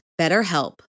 BetterHelp